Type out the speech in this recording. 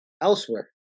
elsewhere